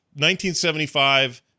1975